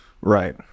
Right